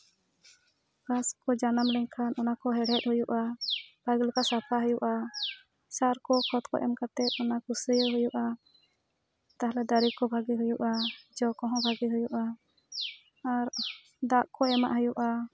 ᱜᱷᱟᱸᱥ ᱠᱚ ᱡᱟᱱᱟᱢ ᱞᱮᱱᱠᱷᱟᱱ ᱚᱱᱟ ᱠᱚ ᱦᱮᱲᱦᱮᱫ ᱦᱩᱭᱩᱜᱼᱟ ᱵᱷᱟᱜᱮ ᱞᱮᱠᱟ ᱥᱟᱯᱷᱟ ᱦᱩᱭᱩᱜᱼᱟ ᱥᱟᱨ ᱠᱚ ᱠᱷᱚᱛ ᱠᱚ ᱮᱢ ᱠᱟᱛᱮ ᱚᱱᱟ ᱠᱷᱩᱥᱭᱟᱹᱣ ᱦᱩᱭᱩᱜᱼᱟ ᱛᱟᱞᱦᱮ ᱫᱟᱨᱮ ᱠᱚ ᱵᱷᱟᱜᱮ ᱦᱩᱭᱩᱜᱼᱟ ᱡᱚ ᱠᱚᱦᱚᱸ ᱵᱷᱟᱜᱮ ᱦᱩᱭᱩᱜᱼᱟ ᱟᱨ ᱫᱟᱜ ᱠᱚ ᱮᱢᱟᱜ ᱦᱩᱭᱩᱜᱼᱟ